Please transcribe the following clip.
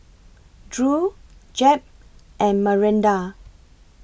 Drew Jep and Maranda